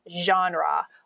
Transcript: genre